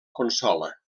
consola